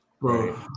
bro